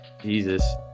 jesus